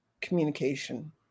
communication